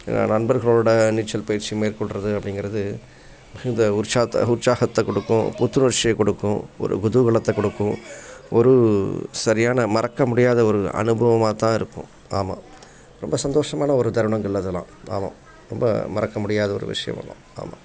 ஏன்னா நண்பர்களோட நீச்சல் பயிற்சி மேற்கொள்றது அப்படிங்கிறது மிகுந்த உற்சாகத்தை உற்சாகத்தை கொடுக்கும் புத்துணர்ச்சியை கொடுக்கும் ஒரு குதூகலத்தை கொடுக்கும் ஒரு சரியான மறக்க முடியாத ஒரு அனுபவமாகத்தான் இருக்கும் ஆமாம் ரொம்ப சந்தோஷமான ஒரு தருணங்கள் அதெலாம் ஆமாம் ரொம்ப மறக்க முடியாத ஒரு விஷயம் அதெலாம் ஆமாம்